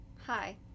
Hi